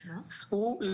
סעו,